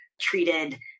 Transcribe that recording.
treated